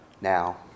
now